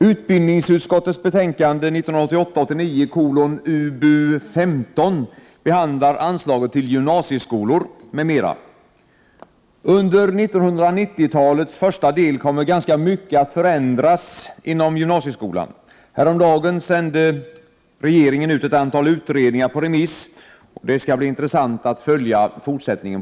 Under 1990-talets första del kommer ganska mycket att förändras inom gymnasieskolan. Häromdagen sände regeringen ut ett antal utredningar på Prot. 1988/89:120 remiss. Det skall bli intressant att följa det fortsatta arbetet.